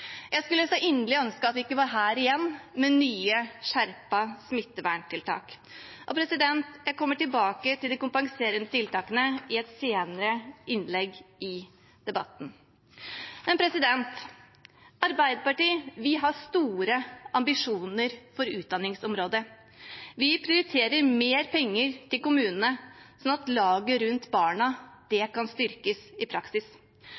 Jeg skulle så inderlig ønske at vi ikke var her igjen med nye skjerpede smitteverntiltak. Jeg kommer tilbake til de kompenserende tiltakene i et senere innlegg i debatten. Arbeiderpartiet har store ambisjoner for utdanningsområdet. Vi prioriterer mer penger til kommunene, sånn at laget rundt barna kan styrkes i praksis.